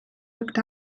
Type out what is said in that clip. looked